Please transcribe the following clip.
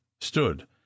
stood